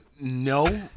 no